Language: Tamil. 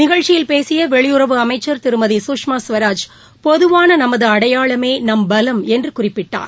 நிகழ்ச்சியில் பேசிய வெளியுறவு அமைச்சர் திருமதி சுஷ்மா சுவராஜ் பொதுவான நமது அடையாளமே நம் பலம் என்று குறிப்பிட்டார்